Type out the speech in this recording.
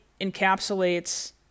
encapsulates